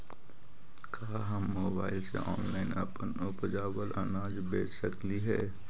का हम मोबाईल से ऑनलाइन अपन उपजावल अनाज बेच सकली हे?